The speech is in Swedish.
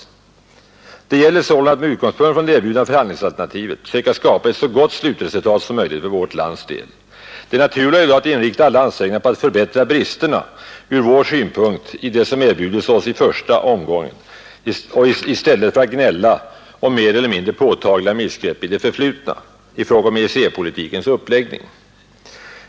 och EEC Det gäller sålunda att med utgångspunkt i det erbjudna förhandlingsalternativet söka skapa ett så gott slutresultat som möjligt för vårt lands del. Det naturliga är då att inrikta alla ansträngningar på att avhjälpa bristerna från vår synpunkt i det som erbjudits oss i första omgången i stället för att gnälla om mer eller mindre påtagliga missgrepp i det förflutna i fråga om EEC-politikens uppläggning.